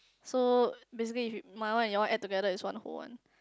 so basically if we my one and your one add together is one whole one